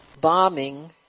bombing